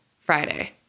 Friday